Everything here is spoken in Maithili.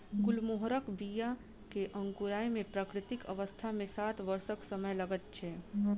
गुलमोहरक बीया के अंकुराय मे प्राकृतिक अवस्था मे सात वर्षक समय लगैत छै